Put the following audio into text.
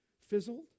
fizzled